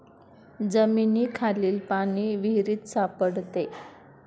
जमिनीखालील पाणी विहिरीत सापडते